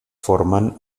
formen